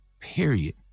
period